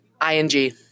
I-N-G